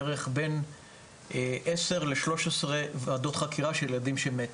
בערך 10 ל-13 ועדות חקירה של ילדים שמתו,